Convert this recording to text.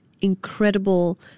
incredible